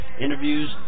Interviews